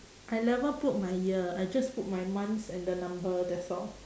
I never put my year I just put my months and the number that's all